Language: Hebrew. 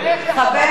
החוק של שנלר,